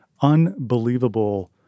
unbelievable